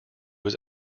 was